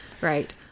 right